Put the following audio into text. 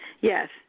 Yes